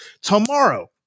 tomorrow